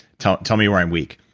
tell tell me where i'm weak.